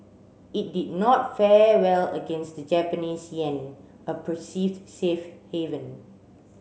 it did not fare well against the Japanese yen a perceived safe haven